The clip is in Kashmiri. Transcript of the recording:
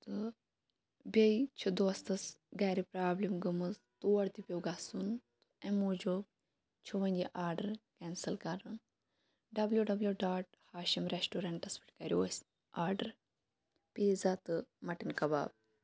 تہٕ بیٚیہِ چھِ دوستَس گَرِ پرابلِم گٔمٕژ تور تہِ پیٚو گَژھُن امہِ موٗجوب چھُ وۄنۍ یہِ آرڈَر کینسٕل کَرُن ڈَبلیٚو ڈَبلیٚو ڈاٹ ہاشِم ریٚسٹورَنٹَس پٮ۪ٹھ کَریٚو اَسہِ آرڈَر پیزا تہٕ مَٹَن کَباب